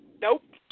Nope